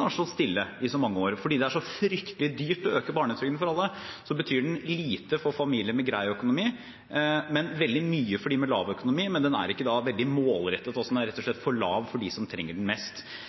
har stått stille i så mange år, er det så fryktelig dyrt å øke barnetrygden for alle, og den betyr lite for familier med grei økonomi, men veldig mye for dem med dårlig økonomi. Men den er ikke veldig målrettet, den er rett og slett for lav for dem som trenger den mest.